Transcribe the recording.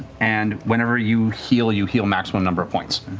and whenever you heal, you heal maximum number of points.